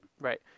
right